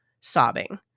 sobbing